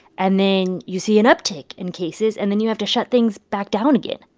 and then you see an uptick in cases and then you have to shut things back down again?